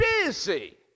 busy